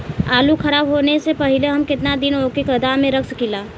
आलूखराब होने से पहले हम केतना दिन वोके गोदाम में रख सकिला?